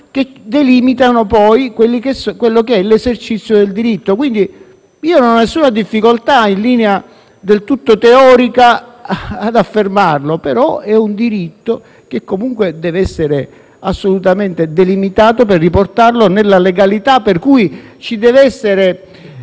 che delimitano l'esercizio del diritto. Io non ho nessuna difficoltà in linea del tutto teorica ad affermarlo, però è un diritto che, comunque, deve essere assolutamente delimitato per riportarlo nella legalità. Pertanto, ci deve essere